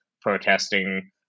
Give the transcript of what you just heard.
protesting